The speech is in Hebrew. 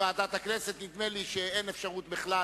כוועדת הכנסת, נדמה לי שאין אפשרות בכלל,